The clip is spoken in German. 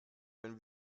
wenn